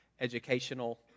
educational